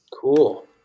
Cool